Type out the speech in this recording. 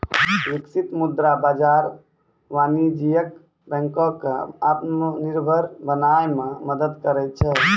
बिकसित मुद्रा बाजार वाणिज्यक बैंको क आत्मनिर्भर बनाय म मदद करै छै